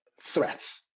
threats